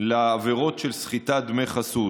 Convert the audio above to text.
לעבירות של סחיטת דמי חסות.